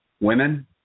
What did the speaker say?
Women